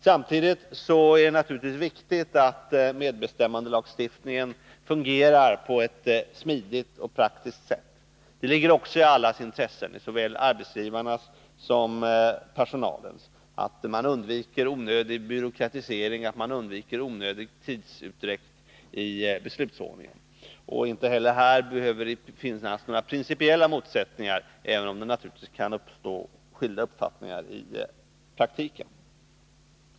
Samtidigt är det naturligtvis viktigt att medbestämmandelagstiftningen fungerar på ett smidigt och praktiskt sätt. Det ligger också i allas intresse, såväl i arbetsgivarnas som i personalens, att man undviker onödig byråkratisering och onödig tidsutdräkt i beslutsordningen. Inte heller här behöver det finns några principiella motsättningar, även om det naturligtvis kan uppstå skilda uppfattningar i praktiken.